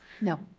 No